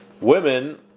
Women